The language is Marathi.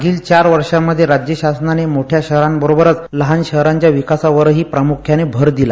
मागिल चार राज्य शासनानं मोठ्या शहरांबरोबरच लहान शहरांच्या विकासावरही प्रामुख्यानं भर दिला